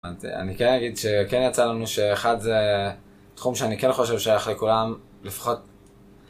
אני כן אגיד שכן יצא לנו שאחד זה תחום שאני כן חושב שייך לכולם לפחות